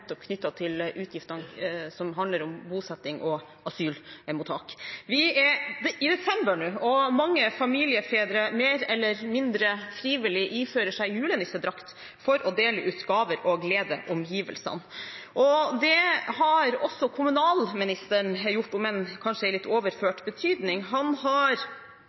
til utgiftene som handler om bosetting og asylmottak. Vi er i desember nå, og mange familiefedre ifører seg – mer eller mindre frivillig – julenissedrakt for å dele ut gaver og glede omgivelsene. Det har også kommunalministeren gjort, men kanskje i litt overført betydning. Han har